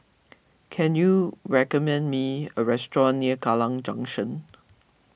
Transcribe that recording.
can you recommend me a restaurant near Kallang Junction